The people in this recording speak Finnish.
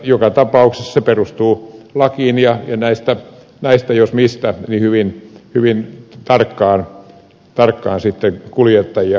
joka tapauksessa se perustuu lakiin ja tällaisista jos mistä hyvin tarkkaan sitten kuljettajia sakotetaan